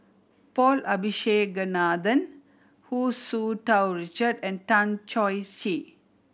Paul Abisheganaden Hu Tsu Tau Richard and Tan Choh Tee